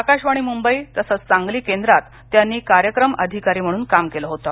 आकाशवाणी मुंबई तसंच सांगली केंद्रात त्यांनी कार्यक्रम अधिकारी म्हणून काम केलं होतं